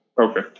Okay